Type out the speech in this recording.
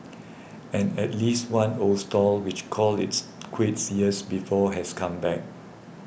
and at least one old stall which called its quits years before has come back